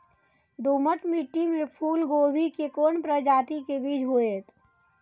दोमट मिट्टी में फूल गोभी के कोन प्रजाति के बीज होयत?